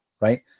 right